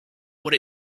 what